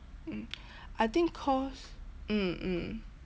mm I think cause mm mm